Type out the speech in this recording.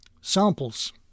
Samples